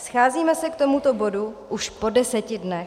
Scházíme se k tomuto bodu už po deseti dnech.